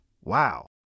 Wow